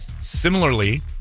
similarly